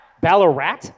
Ballarat